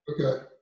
Okay